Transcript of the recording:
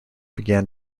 began